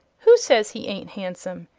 who says he ain't handsome?